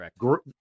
Correct